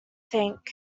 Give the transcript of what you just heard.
think